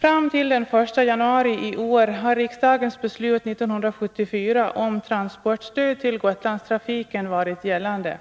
Fram till den 1 januari i år har riksdagens beslut 1974 om transportstöd till Gotlandstrafiken varit gällande,